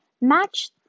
match